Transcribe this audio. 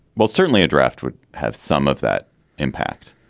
well, certainly a draft would have some of that impact,